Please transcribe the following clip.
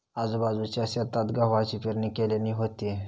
आजूबाजूच्या शेतात गव्हाची पेरणी केल्यानी होती